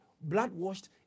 blood-washed